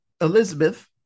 Elizabeth